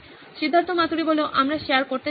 সিদ্ধার্থ মাতুরি আমরা শেয়ার করতে চাই না